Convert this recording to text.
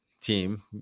team